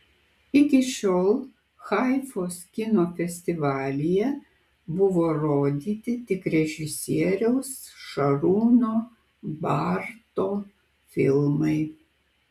iki šiol haifos kino festivalyje buvo rodyti tik režisieriaus šarūno barto filmai